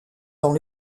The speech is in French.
dans